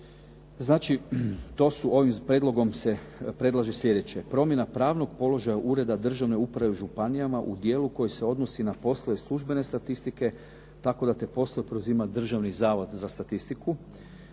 Znači, ovim prijedlogom se predlaže sljedeće: promjena pravnog položaja ureda državne uprave u županijama u dijelu koji se odnosi na poslove službene statistike tako da taj posao preuzima Državni zavod za statistiku.